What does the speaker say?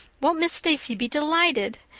won't miss stacy be delighted?